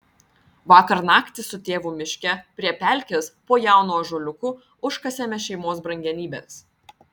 vakar naktį su tėvu miške prie pelkės po jaunu ąžuoliuku užkasėme šeimos brangenybes